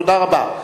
תודה רבה.